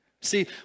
See